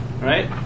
right